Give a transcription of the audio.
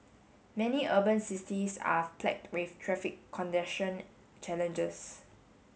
many urban cities are plagued with traffic congestion challenges